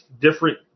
different